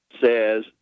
says